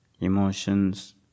emotions